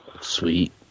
Sweet